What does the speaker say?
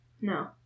No